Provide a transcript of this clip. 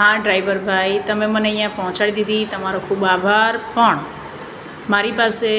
હા ડ્રાઈવરભાઈ તમે મને અહીંયા પહોંચાડી દીધી તમારો ખૂબ આભાર પણ મારી પાસે